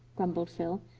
grumbled phil.